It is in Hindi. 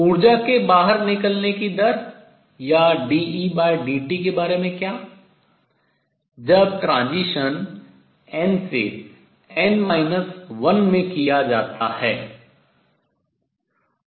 ऊर्जा के बाहर निकलने की दर या dEdt के बारे में क्या जब transition संक्रमण n से n 1 में किया जाता है